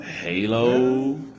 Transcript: Halo